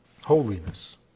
holiness